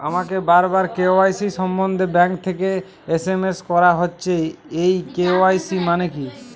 আমাকে বারবার কে.ওয়াই.সি সম্বন্ধে ব্যাংক থেকে এস.এম.এস করা হচ্ছে এই কে.ওয়াই.সি মানে কী?